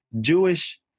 Jewish